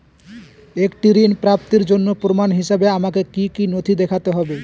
একটি ঋণ প্রাপ্তির জন্য প্রমাণ হিসাবে আমাকে কী কী নথি দেখাতে হবে?